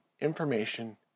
information